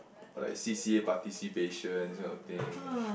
or like C_C_A participation this kind of thing